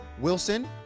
Wilson